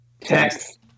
Text